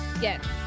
yes